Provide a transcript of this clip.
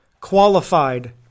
qualified